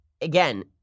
again